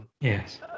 Yes